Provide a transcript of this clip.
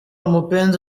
mupenzi